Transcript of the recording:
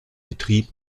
betrieb